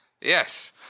yes